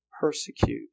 persecute